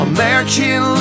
American